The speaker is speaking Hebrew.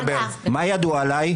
מה ידוע עליי?